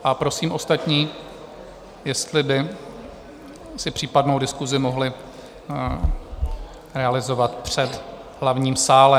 A prosím ostatní, jestli by si případnou diskusi mohli realizovat před hlavním sálem.